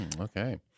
Okay